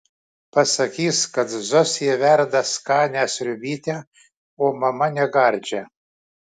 pasakys kad zosė verda skanią sriubytę o mama negardžią